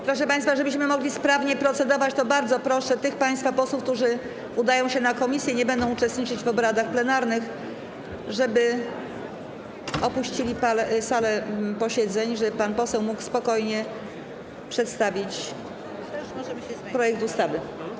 Proszę państwa, żebyśmy mogli sprawnie procedować, to bardzo proszę tych państwa posłów, którzy udają się na posiedzenie komisji i nie będą uczestniczyć w obradach plenarnych, żeby opuścili salę posiedzeń, żeby pan poseł mógł spokojnie przedstawić projekt ustawy.